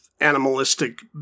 animalistic